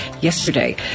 yesterday